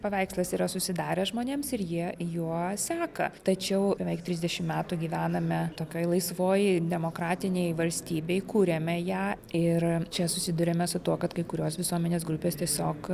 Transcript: paveikslas yra susidaręs žmonėms ir jie juo seka tačiau beveik trisdešimt metų gyvename tokioj laisvoj demokratinėj valstybėj kuriame ją ir čia susiduriame su tuo kad kai kurios visuomenės grupės tiesiog